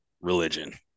religion